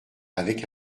avec